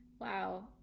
Wow